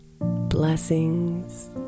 Blessings